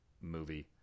movie